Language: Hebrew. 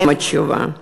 הם התשובה.